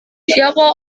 siapa